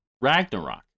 Ragnarok